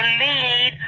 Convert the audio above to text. lead